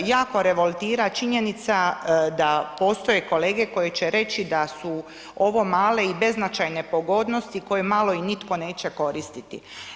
Jako revoltira činjenica da postoje kolege koji će reći da su ovo male i beznačajne pogodnosti koje malo i nitko neće koristiti.